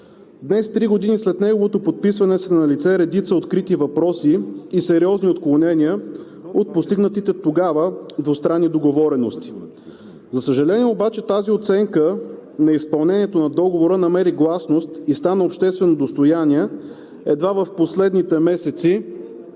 Днес, три години след неговото подписване, са налице редица открити въпроси и сериозни отклонения от постигнатите тогава двустранни договорености. За съжаление, тази оценка на изпълнението на Договора намери гласност и стана обществено достояние едва в последните месеци